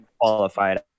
qualified